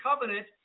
covenant